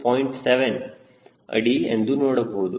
7 ಅಡಿ ಎಂದು ನೋಡಬಹುದು